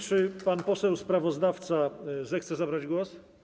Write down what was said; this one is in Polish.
Czy pan poseł sprawozdawca zechce zabrać głos?